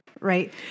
Right